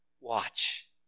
watch